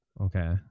Okay